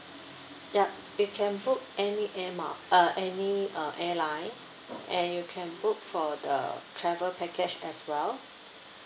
yup you can book any air mile uh any uh airline and you can book for the travel package as well